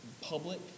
public